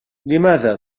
لماذا